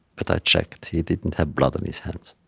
but i checked he didn't have blood on his hands.